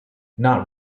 not